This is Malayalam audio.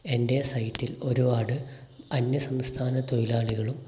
എൻ്റെ സൈറ്റിൽ ഒരുപാട് അന്യസംസ്ഥാന തൊഴിലാളികളും